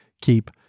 keep